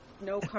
No